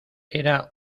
era